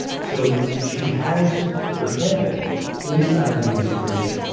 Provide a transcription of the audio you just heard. so she has her champions inside the administration.